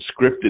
scripted